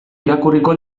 irakurriko